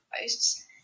posts